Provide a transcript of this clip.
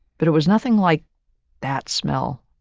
but it was nothing like that smell.